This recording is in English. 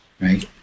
Right